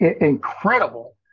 incredible